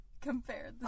compare